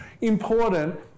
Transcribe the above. important